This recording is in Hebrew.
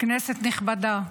כנסת נכבדה,